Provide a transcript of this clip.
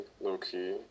low-key